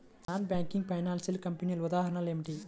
Non banking financial కంపెనీల ఉదాహరణలు ఏమిటి?